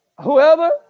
Whoever